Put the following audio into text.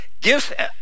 gifts